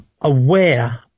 aware